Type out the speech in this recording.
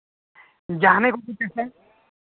ᱡᱟᱱᱦᱮ ᱠᱚᱯᱮ ᱪᱟᱥᱟ